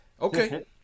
Okay